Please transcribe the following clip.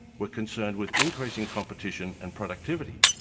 were concerned with increasing competition and productivity,